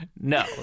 No